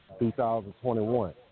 2021